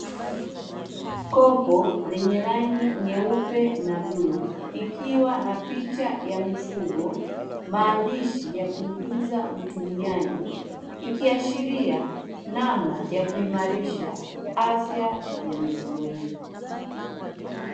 Kopo lenye rangi nyeupe na bluu likiwa na picha ya mifugo maandishi ya kumjuza mtumiaji, ikiashira namna ya kuimarisha afya ya mifugo hiyo.